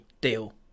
deal